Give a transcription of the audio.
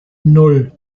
nan